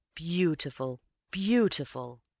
beautiful beautiful!